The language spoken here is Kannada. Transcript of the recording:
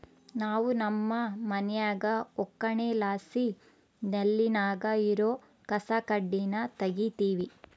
ನಾವು ನಮ್ಮ ಮನ್ಯಾಗ ಒಕ್ಕಣೆಲಾಸಿ ನೆಲ್ಲಿನಾಗ ಇರೋ ಕಸಕಡ್ಡಿನ ತಗೀತಿವಿ